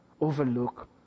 overlook